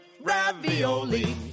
ravioli